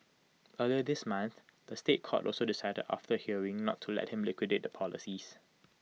earlier this month the State Court also decided after A hearing not to let him liquidate the policies